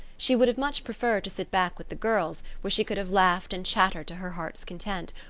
she would have much preferred to sit back with the girls, where she could have laughed and chattered to her heart's content.